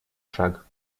шаг